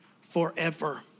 forever